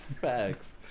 Facts